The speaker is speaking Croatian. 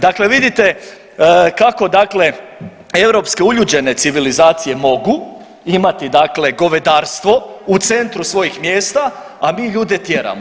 Dakle, vidite kako dakle europske uljuđene civilizacije mogu imati dakle govedarstvo u centru svojih mjesta, a mi ljude tjeramo.